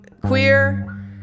queer